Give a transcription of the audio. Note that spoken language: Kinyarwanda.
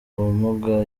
ubumuga